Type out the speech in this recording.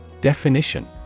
Definition